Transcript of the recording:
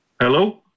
Hello